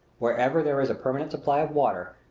wherever there is a permanent supply of water,